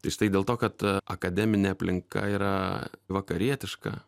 tai štai dėl to kad akademinė aplinka yra vakarietiška